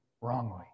wrongly